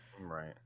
Right